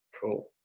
cool